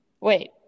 wait